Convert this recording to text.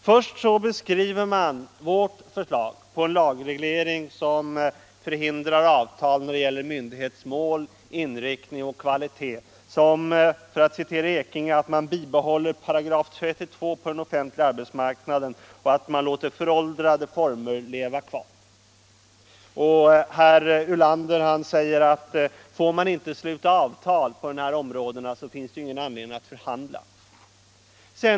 Först beskriver man vårt förslag till lagreglering, som förhindrar avtal när det gäller myndighets mål, inriktning och kvalitet, såsom — för att referera herr Ekinge — innebärande att man bibehåller § 32 på arbetsmarknaden och låter föråldrade former leva kvar. Herr Ulander säger att det, om man inte får sluta avtal på detta område, inte finns någon anledning att förhandla.